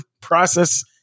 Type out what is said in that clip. process